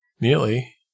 Nearly